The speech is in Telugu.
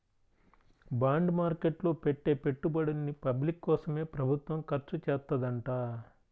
బాండ్ మార్కెట్ లో పెట్టే పెట్టుబడుల్ని పబ్లిక్ కోసమే ప్రభుత్వం ఖర్చుచేత్తదంట